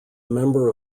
member